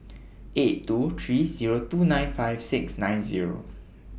eight two three Zero two nine five six nine Zero